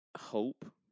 hope